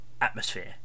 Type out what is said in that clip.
Atmosphere